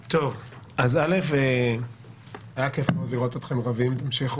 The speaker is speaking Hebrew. היה כיף מאוד לראות אתכם רבים, תמשיכו.